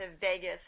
Vegas